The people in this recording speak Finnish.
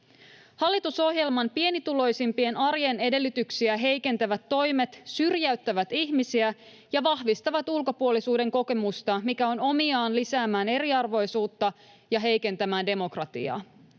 Hallitusohjelman pienituloisimpien arjen edellytyksiä heikentävät toimet syrjäyttävät ihmisiä ja vahvistavat ulkopuolisuuden kokemusta, mikä on omiaan lisäämään eriarvoisuutta ja heikentämään demokratiaa.